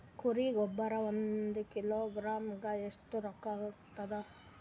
ಕುರಿ ಗೊಬ್ಬರ ಒಂದು ಕಿಲೋಗ್ರಾಂ ಗ ಎಷ್ಟ ರೂಕ್ಕಾಗ್ತದ?